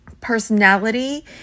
personality